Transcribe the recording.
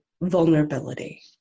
vulnerability